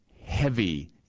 heavy